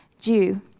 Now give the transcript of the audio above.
due